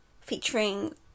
Featuring